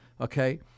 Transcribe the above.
Okay